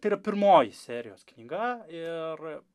tai yra pirmoji serijos knyga ir